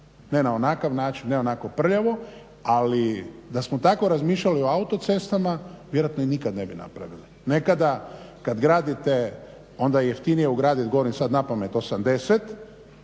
ne na onakav način, ne onako prljavo. Ali da smo tako razmišljali o autocestama vjerojatno ih nikad ne bi napravili. Nekada kad gradite onda je jeftinije ugraditi, govorim sad na pamet 80